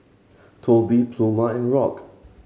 Tobie Pluma and Rock